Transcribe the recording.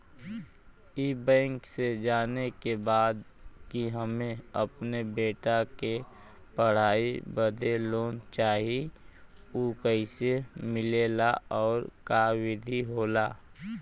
ई बैंक से जाने के बा की हमे अपने बेटा के पढ़ाई बदे लोन चाही ऊ कैसे मिलेला और का विधि होला?